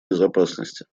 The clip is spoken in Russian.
безопасности